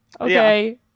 Okay